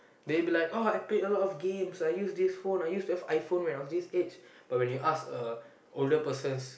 they be like oh I played a lot of games I used this phone I use that ph~ iPhone when I was this age but when you ask a older persons